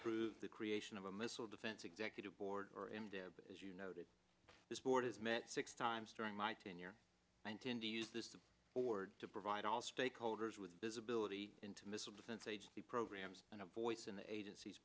through the creation of a missile defense executive board or as you noted this board has met six times during my tenure i intend to use this board to provide all stakeholders with visibility into missile defense agency programs and a voice in the agenc